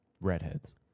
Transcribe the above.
Redheads